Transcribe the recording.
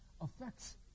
affects